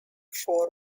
four